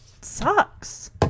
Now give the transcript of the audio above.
Sucks